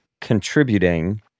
contributing